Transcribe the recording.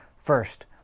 First